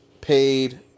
paid